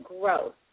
growth